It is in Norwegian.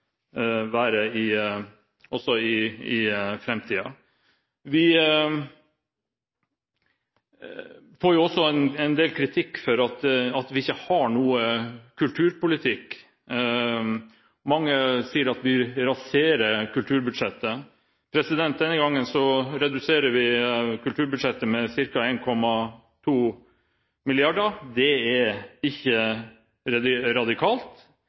være også i framtiden. Vi får også en del kritikk for at vi ikke har noen kulturpolitikk. Mange sier at vi vil rasere kulturbudsjettet. Denne gangen reduserer vi kulturbudsjettet med ca. 1,2 mrd. kr. Det er ikke radikalt.